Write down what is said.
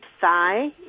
thigh